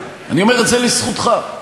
לדבר פחות שטויות.